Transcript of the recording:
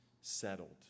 settled